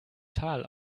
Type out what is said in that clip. tal